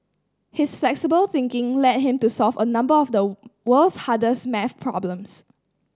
his flexible thinking led him to solve a number of the world's hardest maths problems